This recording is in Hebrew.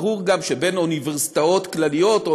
ברור גם שבין אוניברסיטאות כלליות או